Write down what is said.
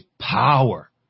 power